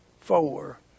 four